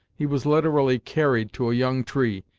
he was literally carried to a young tree,